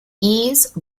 ease